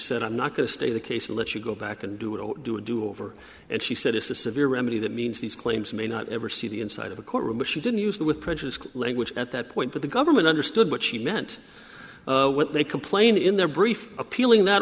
said i'm not going to stay the case unless you go back and do it or do a do over and she said it's a severe remedy that means these claims may not ever see the inside of a courtroom but she didn't use the with prejudice language at that point but the government understood what she meant what they complain in their brief appealing that